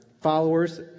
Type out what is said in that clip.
followers